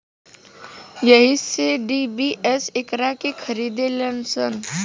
एही से डी.बी.एस एकरा के खरीद लेलस